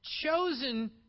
chosen